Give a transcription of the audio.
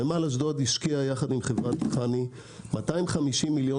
נמל אשדוד השקיע יחד עם חברת חנ"י 250 מיליון